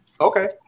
Okay